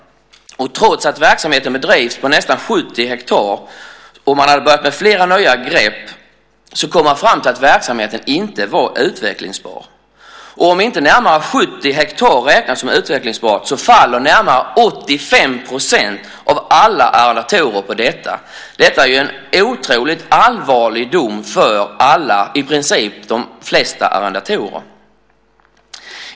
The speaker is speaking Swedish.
Och trots att verksamheten bedrivs på nästan 70 hektar och att man hade börjat ta flera nya grepp kom man fram till att verksamheten inte var utvecklingsbar. Om inte närmare 70 hektar räknas som utvecklingsbart faller närmare 85 % av alla arrendatorerna på detta. Detta är en otroligt allvarlig dom för i princip de flesta arrendatorer.